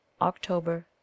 October